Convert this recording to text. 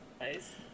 Nice